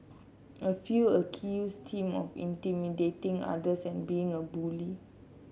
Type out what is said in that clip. a few accused him of intimidating others and being a bully